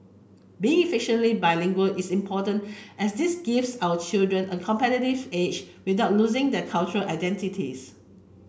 being effectively bilingual is important as this gives our children a competitive edge without losing their cultural identities